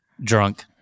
drunk